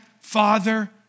Father